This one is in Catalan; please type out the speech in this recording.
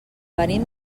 venim